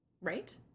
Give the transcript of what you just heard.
right